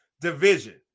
division